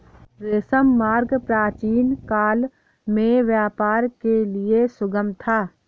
रेशम मार्ग प्राचीनकाल में व्यापार के लिए सुगम था